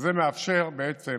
שזה מאפשר בעצם